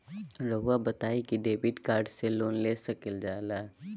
रहुआ बताइं कि डेबिट कार्ड से लोन ले सकल जाला?